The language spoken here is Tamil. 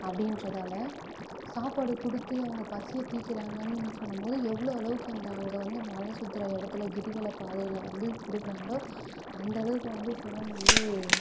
அப்படின்றதால சாப்பாடு கொடுத்து அவங்க பசியை தீர்க்குறாங்கன்னு சொன்னபோது எவ்வளோ அளவுக்கு அந்த அங்கே வந்து மலை சுற்றுற இடத்துல கிரிவலப்பாதையில் வந்து கொடுக்குறாங்களோ அந்த அளவுக்கு வந்து சிவன் வந்து